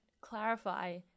clarify